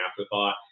afterthought